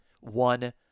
one